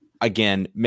Again